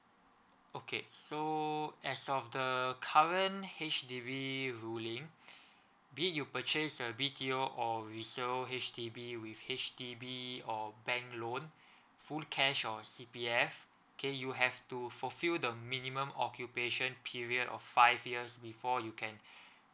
okay so as of the current H_D_B ruling be you purchase a B_T_O or resale H_D_B with H_D_B or bank loan full cash or C_P_F okay you have to fulfill the minimum occupation period of five years before you can